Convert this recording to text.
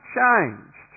changed